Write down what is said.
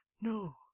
No